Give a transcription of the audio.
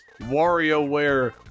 WarioWare